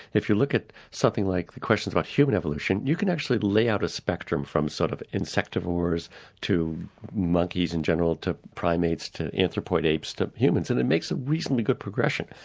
if you look at something like the questions about human evolution, you can actually lay out a spectrum from sort of insectivores to monkeys in general to primates to anthropoid apes to humans, and it makes a reasonably good progression.